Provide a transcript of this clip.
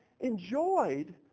enjoyed